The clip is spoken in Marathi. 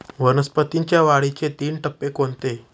वनस्पतींच्या वाढीचे तीन टप्पे कोणते?